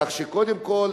כך שקודם כול,